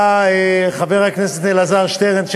בא חבר הכנסת אלעזר שטרן,